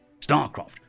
StarCraft